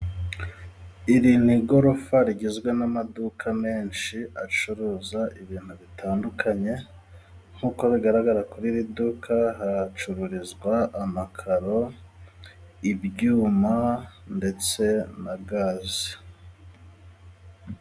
Iri ni igorofa rigizwe n'amaduka menshi acuruza ibintu bitandukanye, nk'uko bigaragara kuri iri duka hacururizwa amakaro, ibyuma, ndetse na gaze.